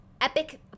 epic